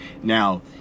Now